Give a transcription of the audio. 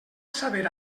saber